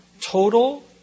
total